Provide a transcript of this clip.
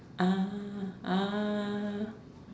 ah ah